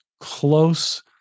close